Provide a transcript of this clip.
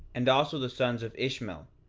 and also the sons of ishmael,